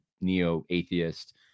neo-atheist